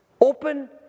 Open